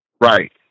Right